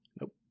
Nope